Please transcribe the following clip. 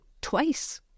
Twice